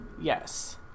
Yes